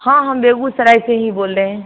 हाँ हम बेगूसराय से ही बोल रहे हैं